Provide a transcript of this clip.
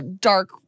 dark